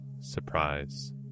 surprise